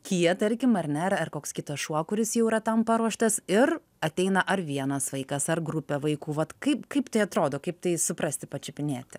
kija tarkim ar ne ar ar koks kitas šuo kuris jau yra tam paruoštas ir ateina ar vienas vaikas ar grupė vaikų vat kaip kaip tai atrodo kaip tai suprasti pačiupinėti